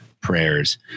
prayers